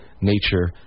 nature